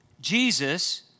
Jesus